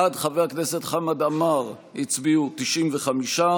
בעד חבר הכנסת חמד עמאר הצביעו 95,